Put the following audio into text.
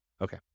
Okay